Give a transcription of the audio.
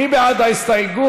מי בעד ההסתייגות?